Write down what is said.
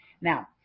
Now